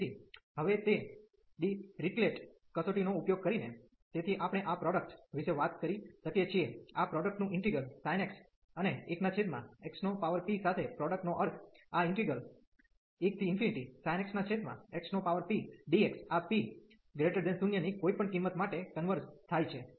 તેથી હવે તે ડિરીક્લેટ કસોટી નો ઉપયોગ કરીને તેથી આપણે આ પ્રોડક્ટ વિશે વાત કરી શકીએ છીએ આ પ્રોડક્ટ નું ઈન્ટિગ્રલ sin x અને 1xp સાથે પ્રોડક્ટ નો અર્થ આ ઈન્ટિગ્રલ 1sin x xpdx આ p 0 ની કોઈપણ કિંમત માટે કન્વર્ઝ થાય છે